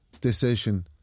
decision